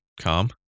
calm